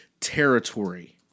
territory